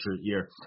year